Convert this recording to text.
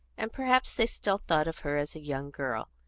and perhaps they still thought of her as a young girl.